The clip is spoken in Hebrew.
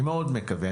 אני מאוד מקווה.